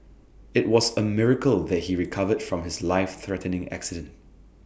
IT was A miracle that he recovered from his life threatening accident